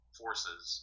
forces